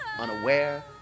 unaware